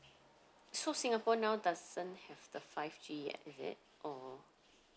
so singapore now doesn't have the five G yet is it or